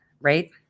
right